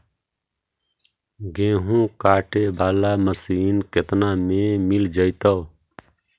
गेहूं काटे बाला मशीन केतना में मिल जइतै?